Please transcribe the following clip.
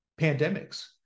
pandemics